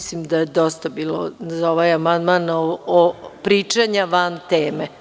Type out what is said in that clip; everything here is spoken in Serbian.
Mislim da je dosta bilo za ovaj amandman, pričanja van teme.